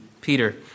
Peter